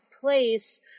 place